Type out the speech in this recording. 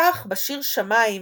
כך בשיר שמים,